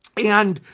and,